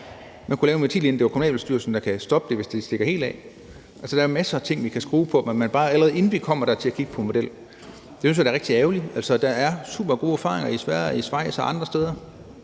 Man kunne lave en ventil, ved at det er kommunalbestyrelsen, der kan stoppe det, hvis det stikker helt af. Altså, der er masser af ting, vi kan skrue på, men at man bare ikke vil, allerede inden vi kommer dertil at kigge på en model, er da rigtig ærgerligt. Der er supergode erfaringer i Sverige, i Schweiz og andre steder.